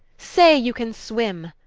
say you can swim,